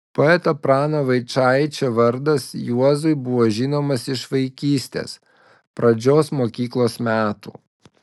poeto prano vaičaičio vardas juozui buvo žinomas iš vaikystės pradžios mokyklos metų